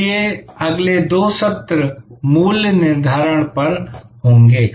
इसलिए अगले दो सत्र मूल्य निर्धारण पर होंगे